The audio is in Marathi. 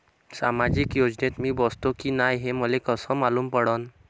सामाजिक योजनेत मी बसतो की नाय हे मले कस मालूम पडन?